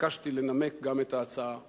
שהתבקשתי לנמק גם את ההצעה לסדר-היום,